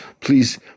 please